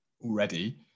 already